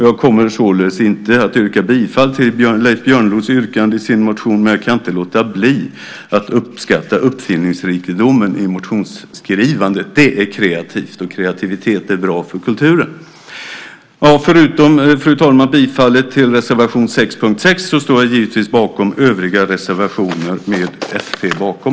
Jag kommer således inte att yrka bifall till Leif Björnlod yrkande i sin motion, men jag kan inte låta bli att uppskatta uppfinningsrikedomen i motionsskrivandet. Det är kreativt, och kreativitet är bra för kulturen! Förutom bifallet till reservation 6 under punkt 6 står jag givetvis bakom övriga reservationer som fp står bakom.